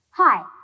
Hi